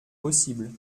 possible